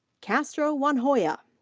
castro wanjoya.